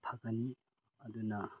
ꯐꯒꯅꯤ ꯑꯗꯨꯅ